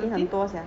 thirteen